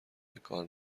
بکار